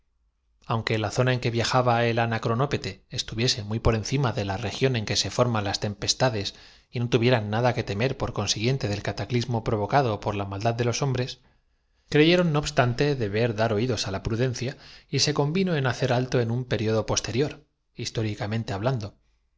aunque la zona en que viajaba el anacronópete es tuviese muy por encima de la región en que se forman las tempestades y no tuvieran nada que temer por consiguiente del cataclismo provocado por la maldad de los hombres creyeron no obstante deber dar oídos á la prudencia y se convino en hacer alto en un perio do posterior históricamente hablando